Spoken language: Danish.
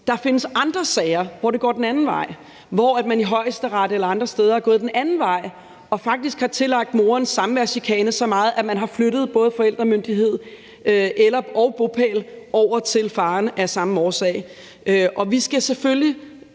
Der findes andre sager, hvor det går den anden vej, altså hvor man i Højesteret eller andre steder er gået den anden vej og faktisk har tillagt moderens samværschikane så meget vægt, at man har flyttet både forældremyndigheden og bopælen over til faren af samme årsag. Vi skal selvfølgelig